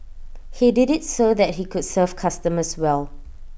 he did IT so that he could serve customers well